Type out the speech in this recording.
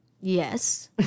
Yes